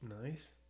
Nice